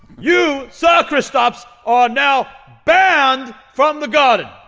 you, ser kristaps, are now banned from the garden!